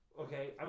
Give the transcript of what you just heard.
Okay